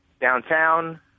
downtown